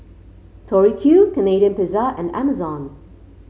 Tori Q Canadian Pizza and Amazon